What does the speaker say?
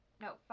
no